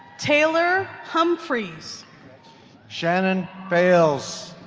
taylor humphreys shannon fails.